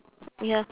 ya